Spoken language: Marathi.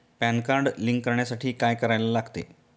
पॅन कार्ड लिंक करण्यासाठी काय करायला लागते?